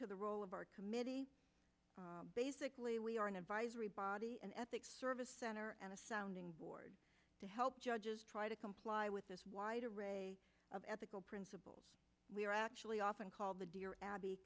to the role of our committee basically we are an advisory body an ethics service center and a sounding board to help judges try to comply with this wide array of ethical principles we are actually often called the dear abby